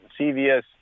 CVS